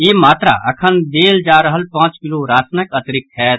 ई मात्रा अखन देल जा रहल पांच किलो राशनक अतिरिक्त होयत